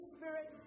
Spirit